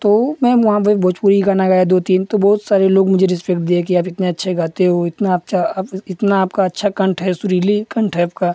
तो मैं वहाँ पर भोजपुरी गाना गाया दो तीन तो बहुत सारे लोग मुझे रेस्पेक्ट दिए कि आप इतना अच्छा गाते हो इतना अच्छा आप इतना आपका अच्छा कण्ठ है सुरीला कण्ठ है आपका